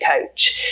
Coach